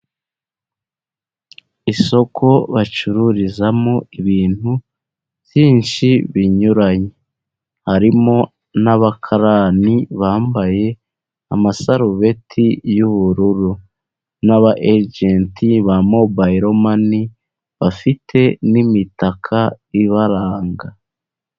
Isoko bacururizamo ibintu byinshi binyuranye, harimo n'abakarani bambaye amasarubeti y'ubururu, n'aba ejenti ba mobayiromani, bafite n'imitaka ibaranga.